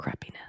crappiness